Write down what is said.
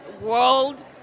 world